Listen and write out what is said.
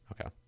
Okay